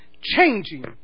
changing